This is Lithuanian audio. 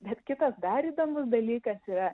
bet kitas dar įdomus dalykas yra